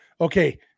okay